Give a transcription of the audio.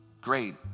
great